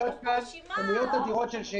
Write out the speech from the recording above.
יש פה רשימה מאוד משמעותית.